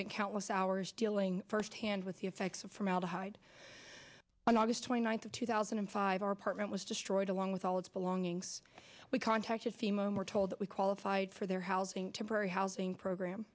finke countless hours dealing firsthand with the effects of formaldehyde on august twenty ninth of two thousand and five our apartment was destroyed along with all its belongings we contacted fema and were told that we qualified for their housing temporary housing program